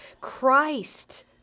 Christ